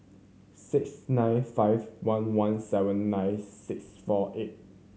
six nine five one one seven nine six four eight